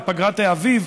בפגרת האביב.